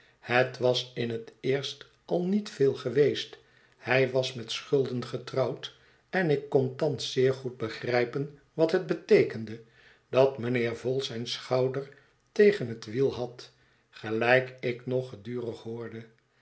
het was in het eerst al niet veel geweest hij was met schulden getrouwd en ik kon thans zeer goed begrijpen wat het beteekende dat mijnheer vholes zijn schouder tegen het wiel had gelijk ik nog